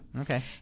Okay